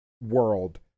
world